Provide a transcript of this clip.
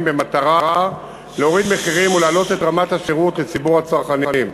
במטרה להוריד מחירים ולהעלות את רמת השירות לציבור הצרכנים.